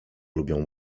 lubią